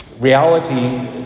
reality